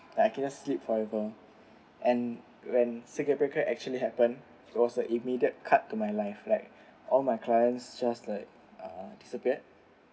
like I can just sleep forever and when circuit breaker actually happen it was a immediate cut to my life like all my clients just like uh disappeared